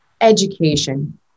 education